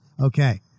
Okay